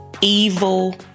Evil